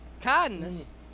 kindness